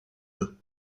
œufs